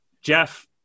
Jeff